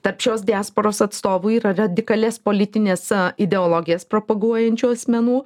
tarp šios diasporos atstovų yra radikalias politines ideologijas propaguojančių asmenų